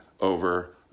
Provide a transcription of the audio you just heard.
over